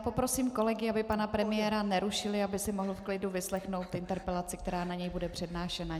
Poprosím kolegy, aby pana premiéra nerušili, aby si mohl v klidu vyslechnout interpelaci, která na něj bude přednášena.